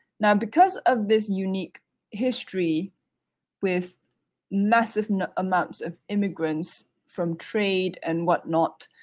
now because of this unique history with massive amounts of immigrants from trade and what not,